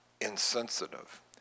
insensitive